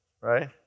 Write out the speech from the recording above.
right